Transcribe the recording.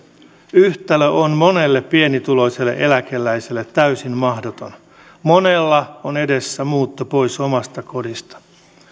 yhtälö on monelle pienituloiselle eläkeläiselle täysin mahdoton monella on edessä muutto pois omasta kodista